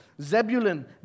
Zebulun